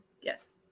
Yes